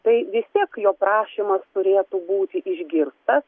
tai vis tiek jo prašymas turėtų būti išgirstas